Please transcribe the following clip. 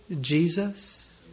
Jesus